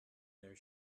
their